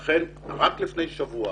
לכן רק לפני שבוע